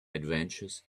adventures